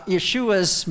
Yeshua's